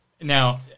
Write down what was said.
Now